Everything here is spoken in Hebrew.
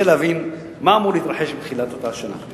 להבין מה אמור להתרחש בתחילת אותה שנה."